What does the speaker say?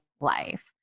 life